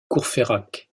courfeyrac